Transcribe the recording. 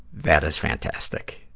that is fantastic.